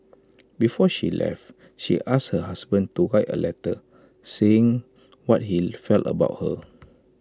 before she left she asked her husband to write A letter saying what he felt about her